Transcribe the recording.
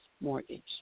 mortgage